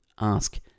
ask